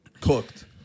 cooked